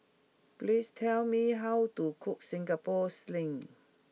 please tell me how to cook Singapore Sling